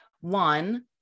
one